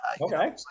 Okay